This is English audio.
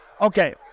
okay